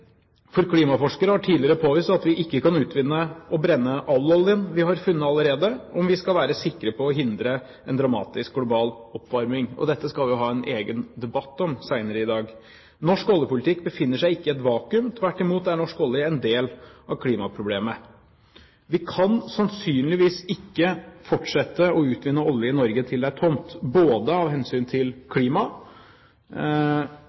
Klimaforskere har tidligere påvist at vi ikke kan utvinne og brenne all oljen vi har funnet allerede, om vi skal være sikre på å hindre en dramatisk global oppvarming. Dette skal vi jo ha en egen debatt om senere i dag. Norsk oljepolitikk befinner seg ikke i et vakuum, tvert imot er norsk olje en del av klimaproblemet. Vi kan sannsynligvis ikke fortsette å utvinne olje i Norge til det er tomt, både av hensyn til